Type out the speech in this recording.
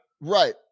right